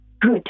good